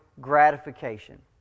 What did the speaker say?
gratification